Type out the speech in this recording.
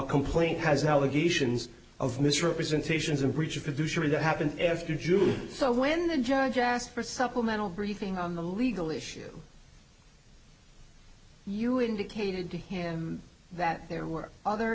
complaint has allegations of misrepresentations of breach of provision that happened after july so when the judge asked for supplemental briefing on the legal issue you indicated to him that there were other